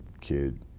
kid